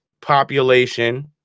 population